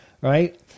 right